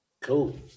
Cool